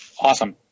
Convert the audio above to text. Awesome